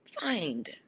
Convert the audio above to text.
find